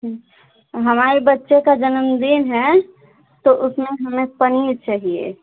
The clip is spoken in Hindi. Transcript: हमारे बच्चे का जन्मदिन है तो उसमें हमें पनीर चाहिए